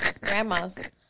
Grandmas